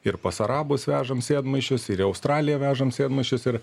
ir pas arabus vežam sėdmaišius ir į australiją vežam sėdmaišius ir